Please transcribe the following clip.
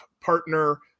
partner